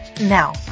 Now